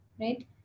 right